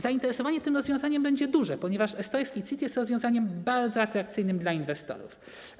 Zainteresowanie tym rozwiązaniem będzie duże, ponieważ estoński CIT jest rozwiązaniem bardzo atrakcyjnym dla inwestorów.